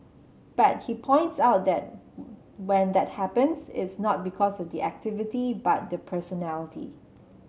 but he points out that when that happens it's not because of the activity but the personality